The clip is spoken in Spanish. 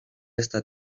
esta